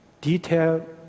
Detail